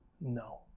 no